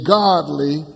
godly